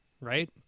right